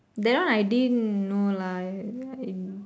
that one I didn't know lah I I